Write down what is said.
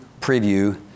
preview